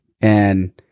and-